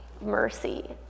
Mercy